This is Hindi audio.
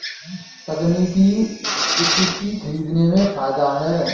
तकनीकी इक्विटी खरीदने में फ़ायदा है